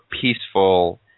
peaceful